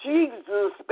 Jesus